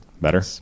Better